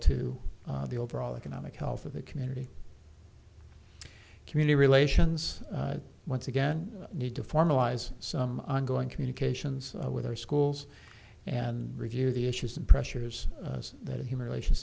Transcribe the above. to the overall economic health of the community community relations once again need to formalize some ongoing communications with our schools and review the issues and pressures that human relations